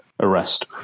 Arrest